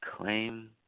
claim